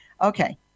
Okay